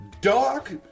dark